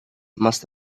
must